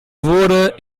wurde